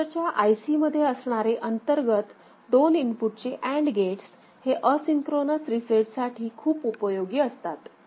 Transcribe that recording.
काऊंटरच्या I C मध्ये असणारे अंतर्गत दोन इनपुटचे अँड गेट्स हे असिन्क्रोनोस रीसेट साठी खूप उपयोगी असतात